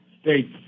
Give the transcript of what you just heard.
states